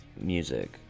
music